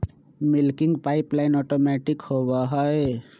milking pipeline automatic होबा हई